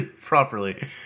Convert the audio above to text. properly